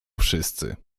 wszyscy